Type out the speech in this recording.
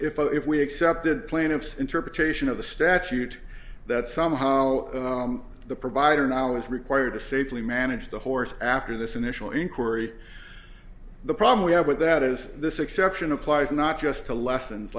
if oh if we accept the plaintiffs interpretation of the statute that somehow the provider now is required to safely manage the horse after this initial inquiry the problem we have with that is this exception applies not just to lessons